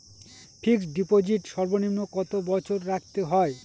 Fixed deposit সর্বনিম্ন কত বছর রাখতে হয়?